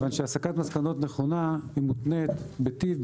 הסקת מסקנות נכונה מותנית בטיב,